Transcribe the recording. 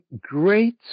great